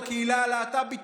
הקהילה הלהט"בית,